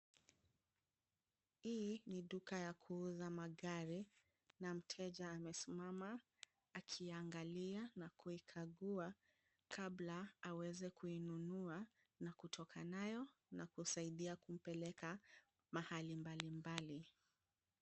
Hii ni duka ya kuuza magari na mteja amesimama akiangalia na kuikagua kabla aweze kuinunua na kutoka nayo na kusaidia kumpeleka mahali mbalimbali.